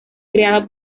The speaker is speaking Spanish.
creada